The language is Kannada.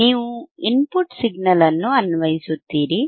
ನೀವು ಇನ್ಪುಟ್ ಸಿಗ್ನಲ್ ಅನ್ನು ಅನ್ವಯಿಸುತ್ತೀರಿ